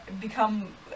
become